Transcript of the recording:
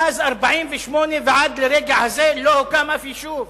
מאז 1948 ועד לרגע זה לא הוקם אף יישוב.